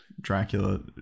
Dracula